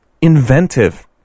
inventive